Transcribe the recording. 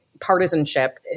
partisanship